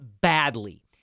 badly